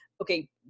Okay